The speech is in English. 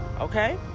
okay